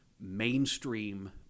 mainstream